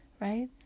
right